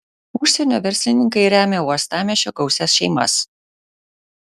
užsienio verslininkai remia uostamiesčio gausias šeimas